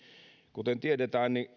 kuten tiedetään